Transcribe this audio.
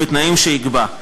בתנאים שיקבע.